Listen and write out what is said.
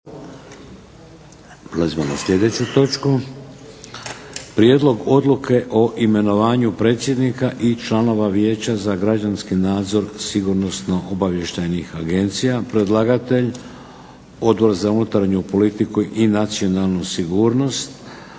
Prijedlog odluke o imenovanju predsjednika i članova Vijeća za građanski nadzor sigurnosno-obavještajnih agencija, Predlagatelj: Odbor za unutarnju politiku i nacionalnu sigurnost.